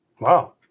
Wow